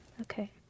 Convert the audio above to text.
Okay